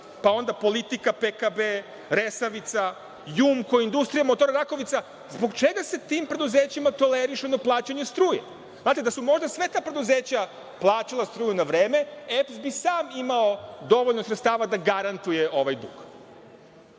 pa onda „Politika“, PKB, „Resavica“, „Jumko“, „Industrija motora Rakovica“, zbog čega tim preduzećima tolerišu neplaćanje struje? Da su možda sva ta preduzeća plaćala struju na vreme, EPS bi sam imao dovoljno sredstava da garantuje ovaj dug.O